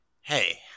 hey